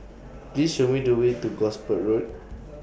Please Show Me The Way to Gosport Road